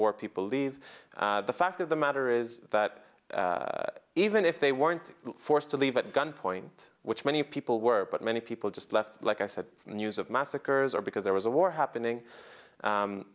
war people leave the fact of the matter is that even if they weren't forced to leave at gunpoint which many people were but many people just left like i said news of massacres or because there was a war happening